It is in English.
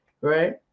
Right